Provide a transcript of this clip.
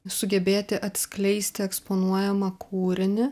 sugebėti atskleisti eksponuojamą kūrinį